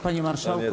Panie Marszałku!